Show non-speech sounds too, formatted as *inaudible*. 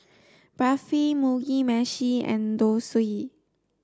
Barfi Mugi Meshi and *unintelligible*